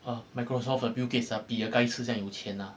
uh microsoft 的 bill gates 比尔盖茨这样有钱啦